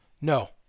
no